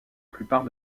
plupart